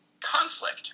conflict